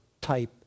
type